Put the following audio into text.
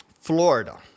Florida